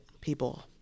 people